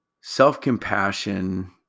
self-compassion